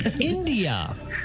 India